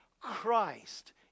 Christ